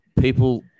people